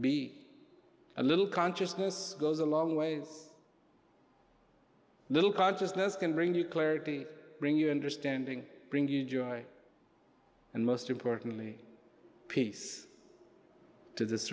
be a little consciousness goes a long way it's a little consciousness can bring you clarity bring your understanding bring you joy and most importantly peace to this